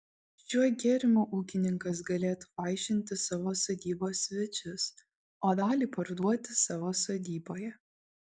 šiuo gėrimu ūkininkas galėtų vaišinti savo sodybos svečius o dalį parduoti savo sodyboje